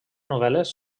novel·les